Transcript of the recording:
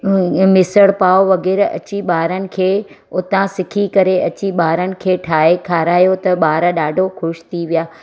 मिसल पाव वग़ैरह अची ॿारनि खे उतां सिखी करे अची ॿारनि खे ठाहे खारायो त ॿार ॾाढो ख़ुशि थी विया